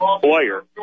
player